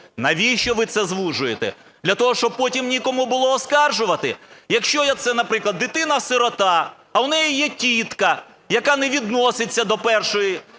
Навіщо ви це звужуєте? Для того, щоб потім ні кому було оскаржувати? Якщо це, наприклад, дитина сирота, а у неї є тітка, яка не відноситься до першої